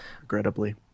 Regrettably